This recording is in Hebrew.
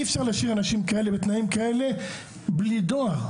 אי אפשר להשאיר אנשים כאלה בתנאים כאלה בלי דואר.